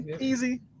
Easy